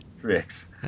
tricks